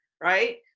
right